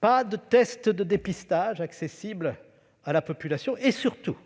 pas de tests de dépistage accessibles à la population et, surtout,